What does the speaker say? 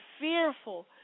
fearful